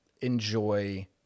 enjoy